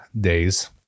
days